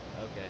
Okay